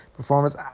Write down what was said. Performance